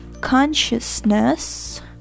consciousness